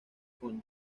con